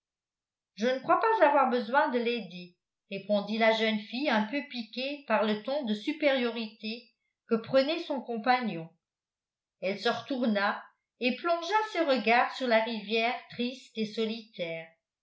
je ne crois pas avoir besoin de l'aider répondit la jeune fille un peu piquée par le ton de supériorité que prenait son compagnon elle se retourna et plongea ses regards sur la rivière triste et solitaire